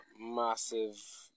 massive